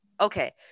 okay